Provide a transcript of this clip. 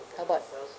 how about